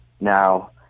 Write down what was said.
now